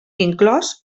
inclòs